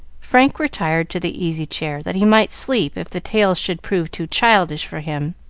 frank retired to the easy-chair, that he might sleep if the tale should prove too childish for him.